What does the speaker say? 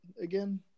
again